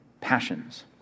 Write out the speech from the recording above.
passions